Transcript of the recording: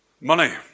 Money